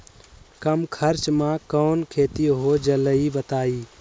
कम खर्च म कौन खेती हो जलई बताई?